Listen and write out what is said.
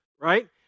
right